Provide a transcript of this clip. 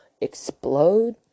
explode